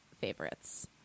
favorites